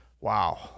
wow